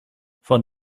von